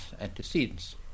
antecedents